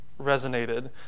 Resonated